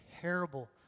terrible